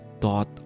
thought